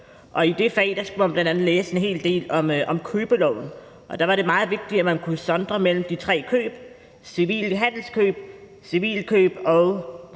i det fag skulle man bl.a. læse en hel del om købeloven, og der var det meget vigtigt, at man kunne sondre mellem de tre køb: Handelskøb , civilkøb og